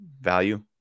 value